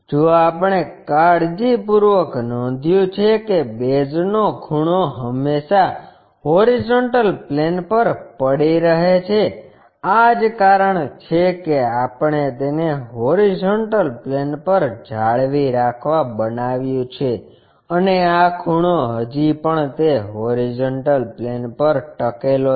જો આપણે કાળજીપૂર્વક નોંધ્યું છે કે બેઝનો ખૂણો હંમેશાં હોરીઝોન્ટલ પ્લેન પર પડી રહે છે આ જ કારણ છે કે આપણે તેને હોરીઝોન્ટલ પ્લેન પર જાળવી રાખવા બનાવ્યું છે અને આ ખૂણો હજી પણ તે હોરીઝોન્ટલ પ્લેન પર ટકેલો છે